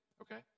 okay